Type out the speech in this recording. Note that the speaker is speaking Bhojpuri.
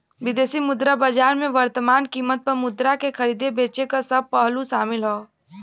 विदेशी मुद्रा बाजार में वर्तमान कीमत पर मुद्रा के खरीदे बेचे क सब पहलू शामिल हौ